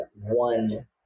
one